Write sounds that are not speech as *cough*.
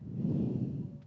*breath*